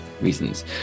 reasons